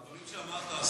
בדברים שאמרת,